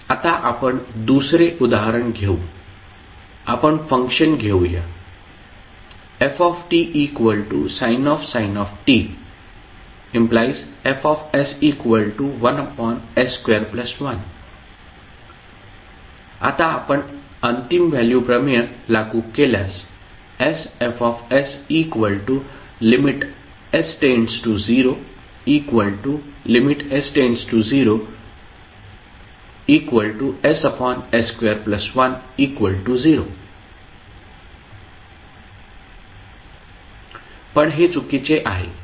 आता आपण दुसरे उदाहरण घेऊ आपण फंक्शन घेऊया ftsin t↔Fs1s21 आता आपण अंतिम व्हॅल्यू प्रमेय लागू केल्यास sFs s→0ss210 पण हे चुकीचे आहे का